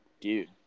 dude